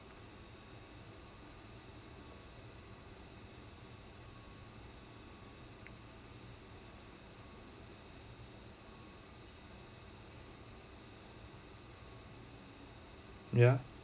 ya